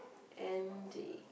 and the